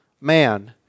man